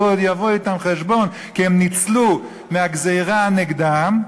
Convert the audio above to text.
עוד יבוא אתם חשבון כי הם ניצלו מהגזירה נגדם,